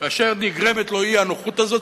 כאשר נגרמת לו האי-נוחות הזאת,